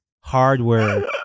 hardware